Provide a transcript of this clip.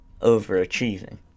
overachieving